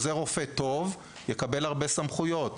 עוזר רופא טוב יקבל הרבה סמכויות,